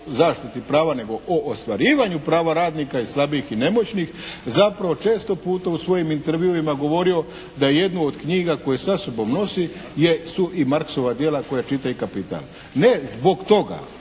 zaštiti prava, nego o ostvarivanju prava radnika i slabijih i nemoćnih zapravo često puta u svojim intervjuima govorio da jednu od knjiga koju sa sobom nosi jesu i Marksova djela koja čita i kapital. Ne zbog toga